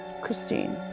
Christine